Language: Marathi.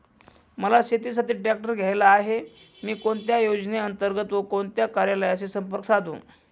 मला शेतीसाठी ट्रॅक्टर घ्यायचा आहे, मी कोणत्या योजने अंतर्गत व कोणत्या कार्यालयाशी संपर्क साधू?